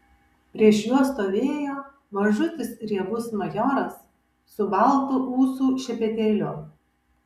prieš juos stovėjo mažutis riebus majoras su baltu ūsų šepetėliu